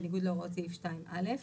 בניגוד להוראות סעיף 2(א).